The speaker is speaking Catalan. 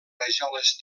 rajoles